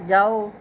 ਜਾਓ